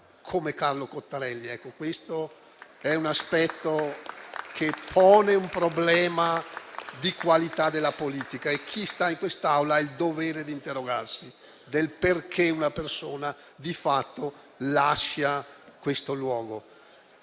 come Carlo Cottarelli. Questo è un aspetto che pone un problema di qualità della politica e chi sta in quest'Aula ha il dovere di interrogarsi sul perché una persona di fatto lasci questo luogo.